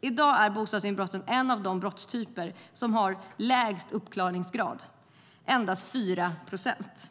I dag är bostadsinbrott en av de brottstyper som har lägst uppklaringsgrad, endast 4 procent.